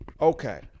Okay